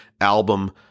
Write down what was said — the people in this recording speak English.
album